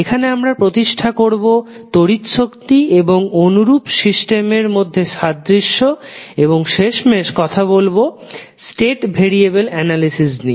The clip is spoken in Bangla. এখানে আমরা প্রতিষ্ঠা করবো তড়িৎ শক্তি এবং অনুরূপ সিস্টেমের মধ্যে সাদৃশ্য এবং শেষমেশ কথা বলবো স্টেট ভেরিয়েবেল এ্যনালিসিস নিয়ে